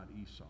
Esau